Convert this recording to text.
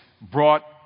brought